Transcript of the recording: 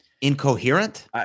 incoherent